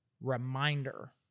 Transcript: reminder